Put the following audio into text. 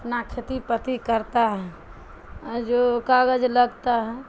اپنا کھیتی پتی کرتا ہے جو کاغذ لگتا ہے